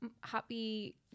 happy